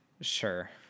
Sure